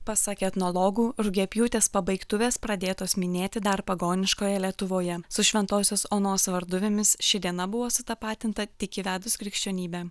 pasak etnologų rugiapjūtės pabaigtuvės pradėtos minėti dar pagoniškoje lietuvoje su šventosios onos varduvėmis ši diena buvo sutapatinta tik įvedus krikščionybę